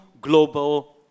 global